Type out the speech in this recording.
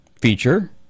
feature